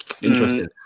Interesting